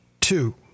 two